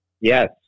Yes